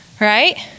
right